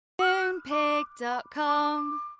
Moonpig.com